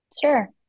Sure